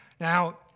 Now